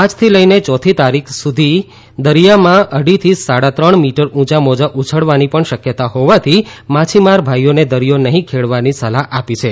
આજથી લઈને પાંચમી તારીખ સુધી દરિયામાં અઢી થી સાડા ત્રણ મિટર ઊંચા મોજા ઉછાળવાની પણ શક્યતા હોવાથી માછીમાર ભાઈઓને દરિથો નહીં ખેડવાની સલાહ અપાઈ છે